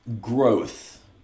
growth